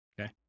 okay